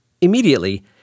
Immediately